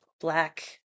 black